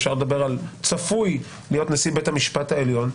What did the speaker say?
אפשר לדבר על - צפוי להיות נשיא בית המשפט העליון,